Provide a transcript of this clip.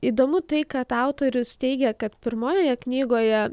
įdomu tai kad autorius teigia kad pirmojoje knygoje